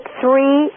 three